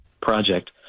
project